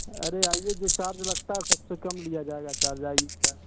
array आइए रखता है सबसे कम लिया जाएगा चार्ज आइए आप